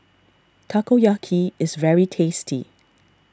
Takoyaki is very tasty